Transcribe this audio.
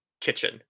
kitchen